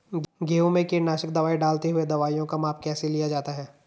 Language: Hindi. गेहूँ में कीटनाशक दवाई डालते हुऐ दवाईयों का माप कैसे लिया जाता है?